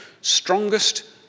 strongest